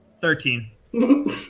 Thirteen